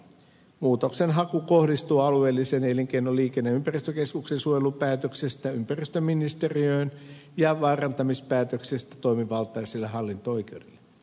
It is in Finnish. muutoksenhaku kohdistuu alueellisen elinkeino liikenne ja ympäristökeskuksen suojelupäätöksestä ympäristöministeriöön ja vaarantamispäätöksestä toimivaltaiselle hallinto oikeudelle